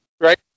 Right